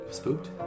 spooked